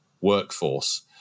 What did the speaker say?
workforce